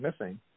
missing